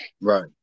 right